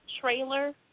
Trailer